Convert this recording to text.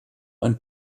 ein